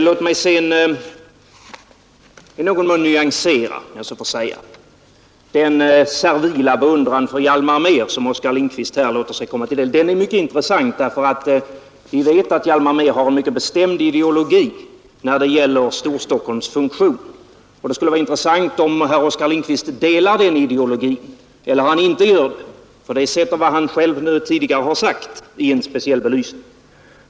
Låt mig sedan i någon mån nyansera, om jag så får säga, den servila beundran för Hjalmar Mehr som Oskar Lindkvist gav uttryck för. Den är mycket intressant därför att vi vet att Hjalmar Mehr har en mycket bestämd ideologi när det gäller Storstockholms funktion. Det skulle vara intressant att veta om herr Oskar Lindkvist delar den ideologin eller om han inte gör det, därför att det ställer vad han tidigare har sagt i en speciell belysning.